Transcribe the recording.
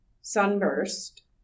Sunburst